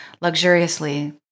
luxuriously